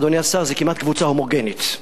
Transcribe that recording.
אדוני השר, זו כמעט קבוצה הומוגנית.